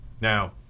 Now